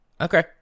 Okay